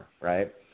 right